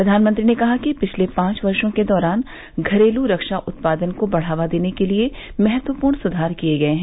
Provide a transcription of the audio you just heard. प्रधानमंत्री ने कहा कि पिछले पांच वर्षो के दौरान घरेलू रक्षा उत्पादन को बढ़ावा देने के लिए महत्वपूर्ण सुधार किए गए हैं